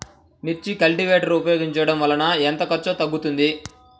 మిర్చి కల్టీవేటర్ ఉపయోగించటం వలన ఎంత ఖర్చు తగ్గుతుంది?